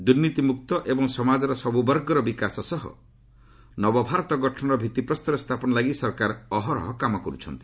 ଦୁର୍ନୀତିମୁକ୍ତ ଏବଂ ସମାଜର ସବୁବର୍ଗର ବିକାଶ ସହ ନବଭାରତ ଗଠନର ଭିଭିପ୍ରସ୍ଥର ସ୍ଥାପନ ଲାଗି ସରକାର ଅହରହ କାମ କରୁଛନ୍ତି